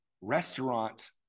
restaurant